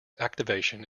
activation